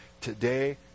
Today